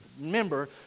Remember